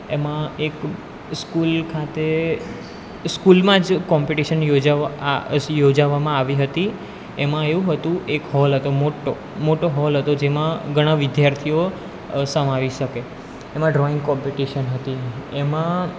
એમાં એક સ્કૂલ ખાતે સ્કૂલમાં જ કોમ્પિટિશન યોજાવા આ યોજવામાં આવી હતી એમાં એવું હતું એક હોલ હતો મોટો મોટો હોલ હતો જેમાં ઘણા વિદ્યાર્થીઓ સમાવી શકે એમાં ડ્રોઈંગ કોમ્પિટિશન હતી એમાં